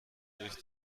durch